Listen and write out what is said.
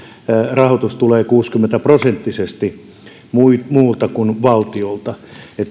rahoitus tulee kuusikymmentä prosenttisesti muilta kuin valtiolta